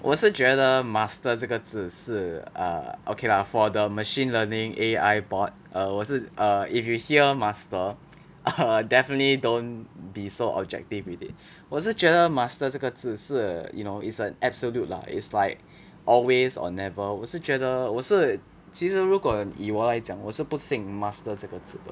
我是觉得 master 这个字 err okay lah for the machine learning A_I bot 我是 err if you hear master err definitely don't be so objective with it 我是觉得 master 这个字是 you know is an absolute lah is like always or never 我是觉得我是其实如果以我来讲我是不信 master 这个字的